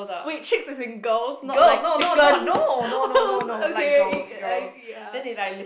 wait chicks as in girls not like chickens !oho! okay (E ah E ah)